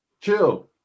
Chill